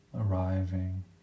arriving